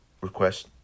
request